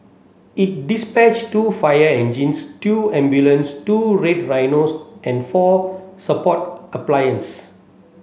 it dispatched two fire engines two ambulance two Red Rhinos and four support appliance